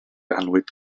annwyd